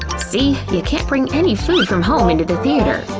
see? you can't bring any food from home into the theatre.